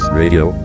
radio